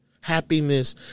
Happiness